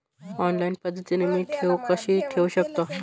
Online पद्धतीने मी ठेव कशी ठेवू शकतो?